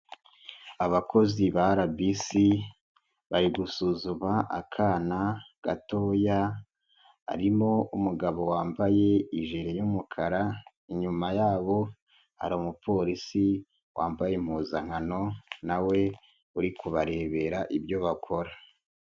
Abakozi ba RBC bari gusuzuma akana gatoya, harimo umugabo wambaye ijeri y'umukara, inyuma yabo hari umupolisi wambaye impuzankano na we uri kubarebera ibyo bakora.